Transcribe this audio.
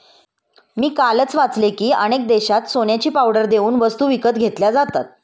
मी कालच वाचले की, अनेक देशांत सोन्याची पावडर देऊन वस्तू विकत घेतल्या जातात